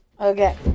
Okay